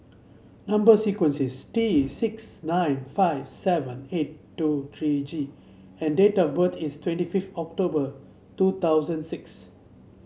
number sequence is T six nine five seven eight two three G and date of birth is twenty fifth October two thousand six